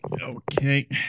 okay